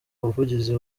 ubuvugizi